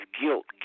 guilt